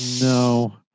No